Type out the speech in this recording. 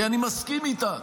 כי אני מסכים איתן.